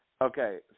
Okay